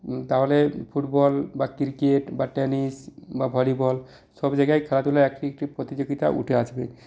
তাহলে ফুটবল বা ক্রিকেট বা টেনিস বা ভলিবল সব জায়গায় খেলাধুলার এক একটি প্রতিযোগিতা উঠে আসবে